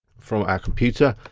from our computer.